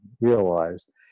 realized